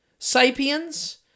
Sapiens